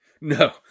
No